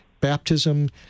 baptism